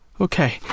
Okay